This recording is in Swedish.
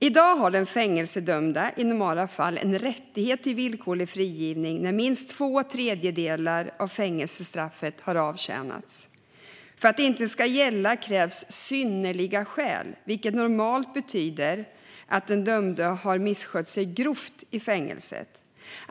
I dag har den fängelsedömda i normala fall en rättighet till villkorlig frigivning när minst två tredjedelar av fängelsestraffet har avtjänats. För att detta inte ska gälla krävs "synnerliga skäl", vilket normalt betyder att den dömde har misskött sig grovt i fängelset.